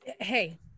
Hey